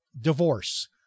divorce